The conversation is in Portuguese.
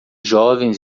jovens